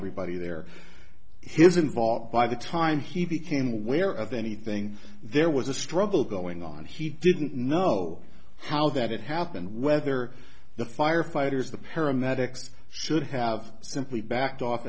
everybody there he was involved by the time he became aware of anything there was a struggle going on he didn't know how that happened whether the firefighters the paramedics should have simply backed off